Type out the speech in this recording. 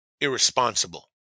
irresponsible